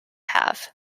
have